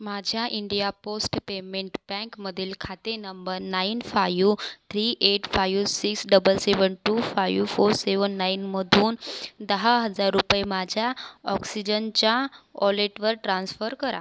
माझ्या India post payment बँकमधील खाते नंबर nine five three eight five six double seven two five four seven नाईनमधून दहा हजार रुपये माझ्या ऑक्सिजनच्या ऑलेटवर ट्रान्सफर करा